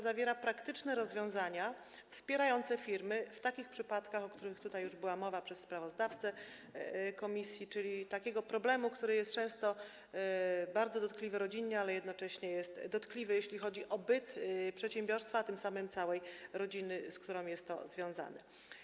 Zawiera ona praktyczne rozwiązania wspierające firmy w takich przypadkach, o których tutaj już mówił sprawozdawca komisji, czyli w przypadku problemu, który często jest bardzo dotkliwy rodzinnie, ale jednocześnie jest dotkliwy, jeśli chodzi o byt przedsiębiorstwa, a tym samym - całej rodziny, z którą jest to związane.